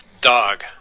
Dog